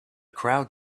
crowd